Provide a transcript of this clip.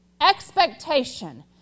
Expectation